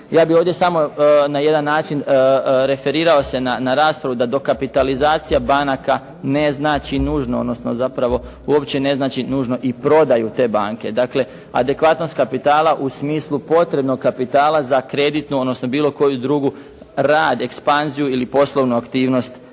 ja bih ovdje samo na jedan način referirao se na raspravu da dokapitalizacija banaka ne znači nužno, odnosno zapravo uopće ne znači nužno i prodaju te banke. Dakle, adekvatnost kapitala u smislu potrebnog kapitala za kreditnu, odnosno bilo koju drugu rad, ekspanziju ili poslovnu aktivnost banaka.